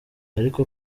ariko